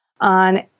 on